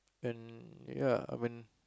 and ya when